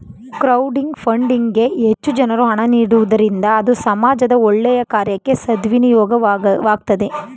crowding funding ಗೆ ಹೆಚ್ಚು ಜನರು ಹಣ ನೀಡುವುದರಿಂದ ಅದು ಸಮಾಜದ ಒಳ್ಳೆಯ ಕಾರ್ಯಕ್ಕೆ ಸದ್ವಿನಿಯೋಗವಾಗ್ತದೆ